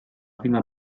prima